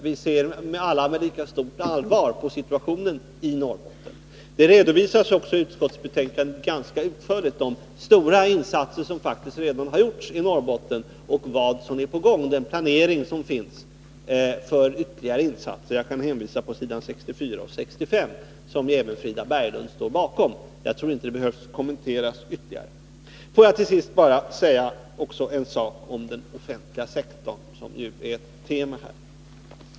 Vi ser alla med lika stort allvar på situationen där. I betänkandet redovisas ganska utförligt de stora insatser som redan har gjorts i Norrbotten samt den planering som finns för ytterligare insatser. Jag kan hänvisa till förslagen på s. 64 och 65 i betänkandet, vilka även Frida Berglund ställer sig bakom. Jag tror inte att dessa behöver kommenteras ytterligare. Låt mig till sist säga något om den offentliga sektorn, som har blivit ett tema i debatten.